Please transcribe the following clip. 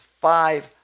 five